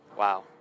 Wow